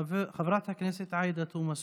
חברת הכנסת עאידה תומא סלימאן.